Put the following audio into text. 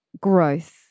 growth